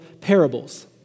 parables